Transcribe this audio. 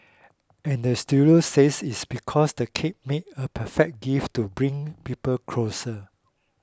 and the studio says it's because the cake make a perfect gift to bring people closer